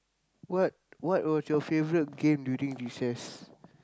what what was your favourite game during recess